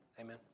amen